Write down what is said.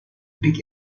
big